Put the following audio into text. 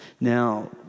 Now